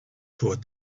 toward